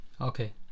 Okay